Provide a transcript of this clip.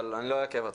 אבל אני לא אעכב אותך.